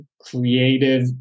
creative